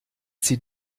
sie